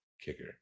kicker